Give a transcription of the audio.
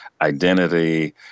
identity